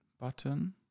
button